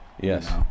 Yes